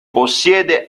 possiede